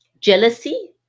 jealousy